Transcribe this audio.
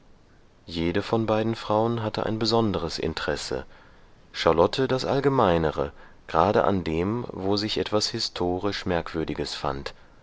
jede von beiden frauen hatte ein besonderes interesse charlotte das allgemeinere gerade an dem wo sich etwas historisch merkwürdiges fand